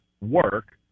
work